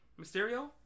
Mysterio